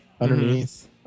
underneath